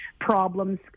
problems